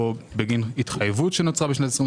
או בגין התחייבות שנוצרה ב-22'